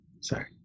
Sorry